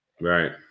Right